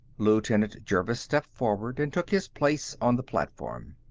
lieutenant jervis stepped forward and took his place on the platform.